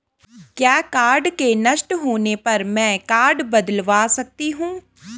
क्या कार्ड के नष्ट होने पर में कार्ड बदलवा सकती हूँ?